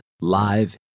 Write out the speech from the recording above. Live